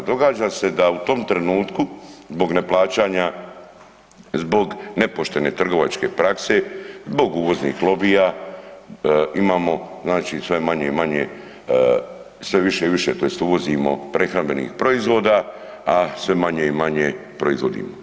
Događa se da u tom trenutku zbog neplaćanja, zbog nepoštene trgovačke prakse, zbog uvoznih lobija, imamo znači sve manje i manje, sve više i više tj., uvozimo prehrambenih proizvoda a sve manje i manje proizvodimo.